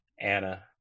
Anna